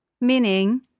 Meaning